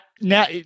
Now